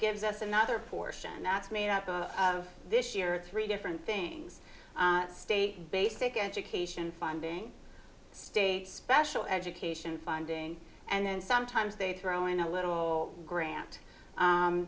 gives us another portion that's made up of this year three different things state basic education funding state special education funding and then sometimes they throw in a little grant